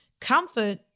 Comfort